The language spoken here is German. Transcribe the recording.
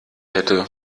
hätte